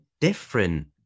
different